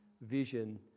vision